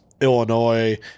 Illinois